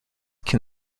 can